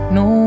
no